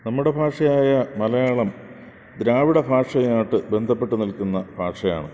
നമ്മടെ ഭാഷയായ മലയാളം ദ്രാവിഡ ഭാഷയായിട്ട് ബന്ധപ്പെട്ട് നിൽക്കുന്ന ഭാഷയാണ്